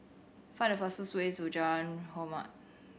find the fastest way to Jalan Hormat